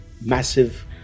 massive